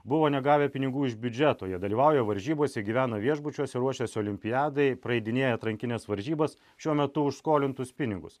buvo negavę pinigų iš biudžeto jie dalyvauja varžybose gyvena viešbučiuose ruošiasi olimpiadai praeidinėja atrankines varžybas šiuo metu už skolintus pinigus